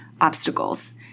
obstacles